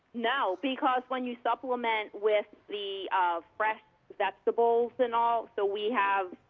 no. because when you supplement with the fresh vegetables and all, so we have,